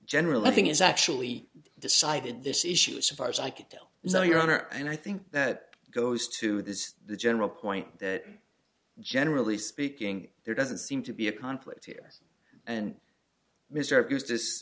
general i think it's actually decided this issue as far as i can tell so your honor and i think that goes to this is the general point that generally speaking there doesn't seem to be a conflict here and mr abuse